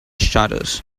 shutters